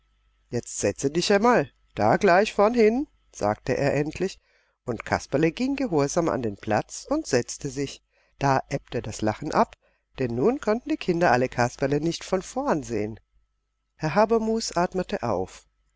jetzt setze dich einmal da gleich vornhin sagte er endlich und kasperle ging gehorsam an den platz und setzte sich da ebbte das lachen ab denn nun konnten die kinder alle kasperle nicht von vorn sehen herr habermus atmete auf